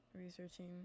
researching